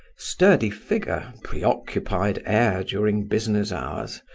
sturdy figure, preoccupied air during business hours,